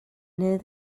near